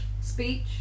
speech